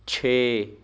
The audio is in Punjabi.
ਛੇ